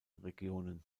regionen